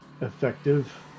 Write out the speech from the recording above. effective